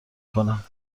کنم